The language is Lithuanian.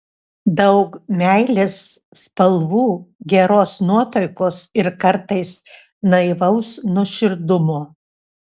daug meilės spalvų geros nuotaikos ir kartais naivaus nuoširdumo